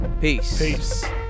Peace